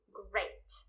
great